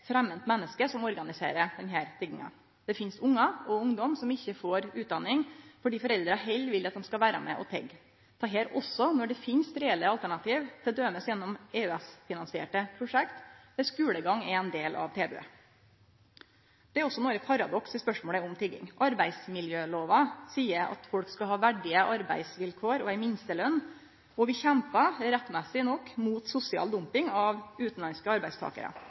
fremmendt menneske som organiserer denne tigginga. Det finst ungar og ungdom som ikkje får utdanning fordi foreldra heller vil at dei skal vere med og tigge, også når det finst reelle alternativ, t.d. gjennom EØS-finansierte prosjekt der skulegang er ein del av tilbodet. Det er også nokre paradoks i spørsmålet om tigging. Arbeidsmiljølova seier at folk skal ha verdige arbeidsvilkår og ei minstelønn, og vi kjempar rettmessig nok mot sosial dumping av utanlandske arbeidstakarar.